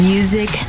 Music